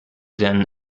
than